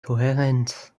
kohärenz